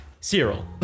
Cyril